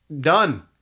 done